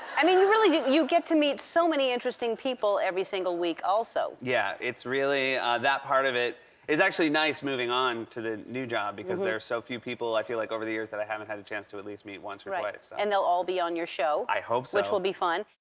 i mean, you really you get to meet so many interesting people every single week also. yeah, it's really that part of it is actually nice moving on to the new job, because there are so few people, i feel like, over the years that i haven't had a chance to at least meet once or twice. right, and they'll all be on your show. i hope so. which will be fun.